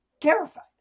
terrified